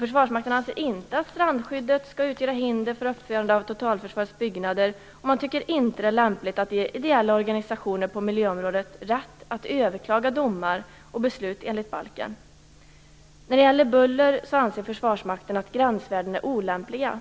Försvarsmakten anser inte att strandskyddet skall utgöra hinder för uppförande av totalförsvarets byggnader, och man tycker inte att det är lämpligt att ge ideella organisationer på miljöområdet rätt att överklaga domar och beslut enligt balken. När det gäller buller anser Försvarsmakten att gränsvärden är olämpliga.